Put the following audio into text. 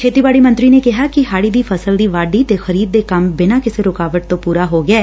ਖੇਤੀਬਾੜੀ ਮੰਤਰੀ ਨੇ ਕਿਹਾ ਕਿ ਹਾੜੀ ਦੀ ਫਸਲ ਦੀ ਵਾਢੀ ਤੇ ਖਰੀਦ ਦੇ ਕੰਮ ਬਿਨਾਂ ਕਿਸੇ ਰੁਕਾਵਟ ਤੋਂ ਪੁਰਾ ਹੋ ਗਿਐ